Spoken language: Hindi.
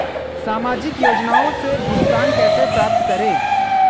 सामाजिक योजनाओं से भुगतान कैसे प्राप्त करें?